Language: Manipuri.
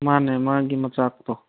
ꯃꯥꯟꯅꯦ ꯃꯥꯒꯤ ꯃꯆꯥꯛꯇꯣ